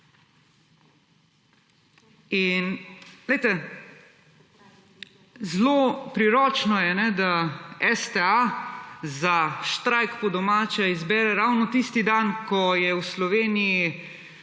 zelo priročno je, da STA za štrajk, po domače, izbere ravno tisti dan, ko je v Sloveniji